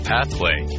Pathway